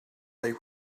they